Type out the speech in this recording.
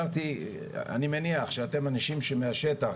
אני מניח שאתם אנשים שמהשטח,